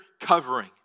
covering